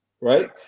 right